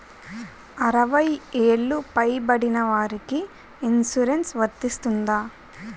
అరవై ఏళ్లు పై పడిన వారికి ఇన్సురెన్స్ వర్తిస్తుందా?